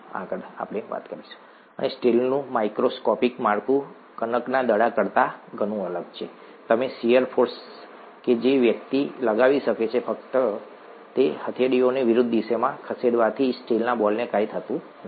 આગળ અને સ્ટીલનું માઇક્રોસ્કોપિક માળખું કણકના દડા કરતા ઘણું અલગ છે અને શીયર ફોર્સ કે જે વ્યક્તિ લગાવી શકે છે ફક્ત હથેળીઓને વિરુદ્ધ દિશામાં ખસેડવાથી સ્ટીલના બોલને કંઈ થતું નથી